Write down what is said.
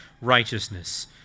righteousness